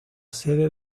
sede